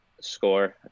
score